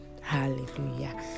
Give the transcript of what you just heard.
Hallelujah